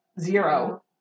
zero